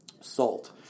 salt